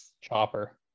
Chopper